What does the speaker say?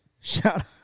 Shout